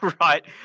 right